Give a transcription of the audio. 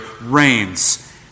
reigns